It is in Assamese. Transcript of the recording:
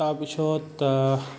তাৰপিছত